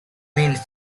means